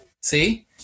See